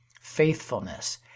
faithfulness